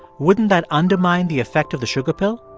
wouldn't that undermine the effect of the sugar pill?